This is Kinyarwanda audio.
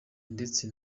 ndetse